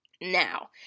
Now